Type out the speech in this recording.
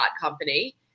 company